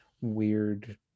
weird